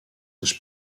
też